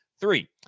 Three